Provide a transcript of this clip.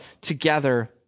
together